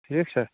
ٹھیٖک چھےٚ